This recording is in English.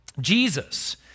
Jesus